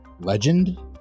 Legend